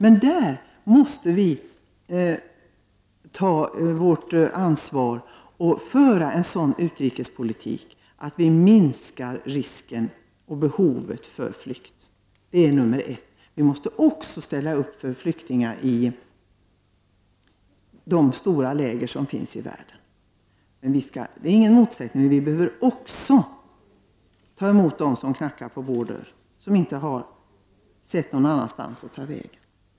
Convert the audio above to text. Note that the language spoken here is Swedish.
Vi måste dock ta på vårt ansvar att föra en sådan utrikespolitik att vi minskar risken för och behovet av flykt. Det är nr 1. Vi måste också ställa upp för flyktingar i de stora läger som finns i världen. Det ligger ingen motsättning i det. Vi måste också ta emot dem som knackar på vår dörr och som inte ser någon annanstans att ta vägen.